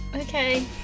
Okay